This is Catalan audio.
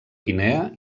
guinea